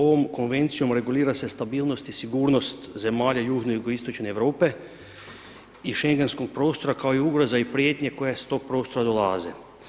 Ovom konvencijom regulira se stabilnost i sigurnost zemalja južne i jugoistočne Europe i šengenskog prostora kao i ugroze i prijetnje koje s tog prostora dolaze.